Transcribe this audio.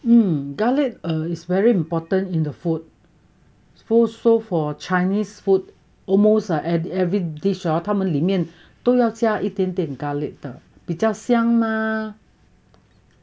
mm garlic err is very important in the food so so for chinese food almost ah at every dish 他们里面都要加一点点 garlic 的比较香 mah